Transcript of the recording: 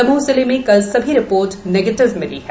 दमोह जिले में कल सभी रिपोर्ट निगेटिव मिली है